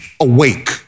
Awake